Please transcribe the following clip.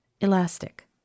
elastic